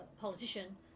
politician